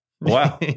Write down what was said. Wow